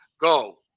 go